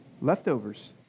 Leftovers